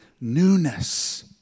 newness